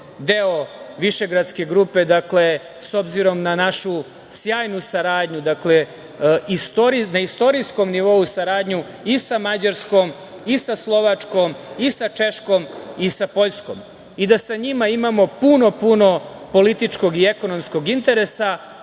deo Višegradske grupe s obzirom na našu sjajnu saradnju, na istorijskom nivou saradnju i sa Mađarskom i sa Slovačkom i sa Češkom i sa Poljskom i da sa njima imamo puno, puno političkog i ekonomskog interesa